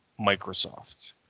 microsoft